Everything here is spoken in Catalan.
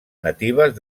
natives